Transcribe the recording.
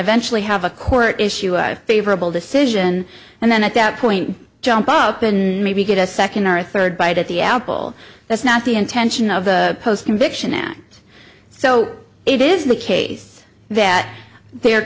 eventually have a core issue favorable decision and then at that point jump up in maybe get a second or third bite at the apple that's not the intention of the post conviction act so it is the case that there